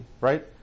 right